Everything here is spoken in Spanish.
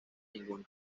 ningún